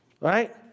Right